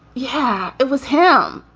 yeah, it was him.